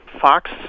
fox